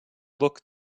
look